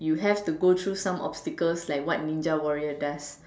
you have to go through some obstacles like what Ninja warrior does